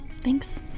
Thanks